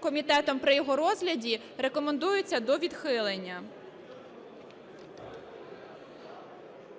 комітетом при його розгляді, рекомендуються до відхилення.